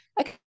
okay